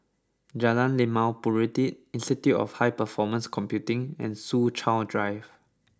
Jalan Limau Purut Institute of High Performance Computing and Soo Chow Drive